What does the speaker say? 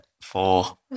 four